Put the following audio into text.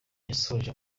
yasoje